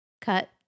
cut